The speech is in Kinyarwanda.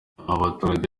abaturage